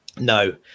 no